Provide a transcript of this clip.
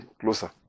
closer